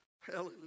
Hallelujah